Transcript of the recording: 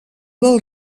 del